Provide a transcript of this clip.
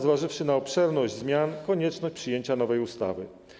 Zważywszy na obszerność zmian konieczne jest przyjęcie nowej ustawy.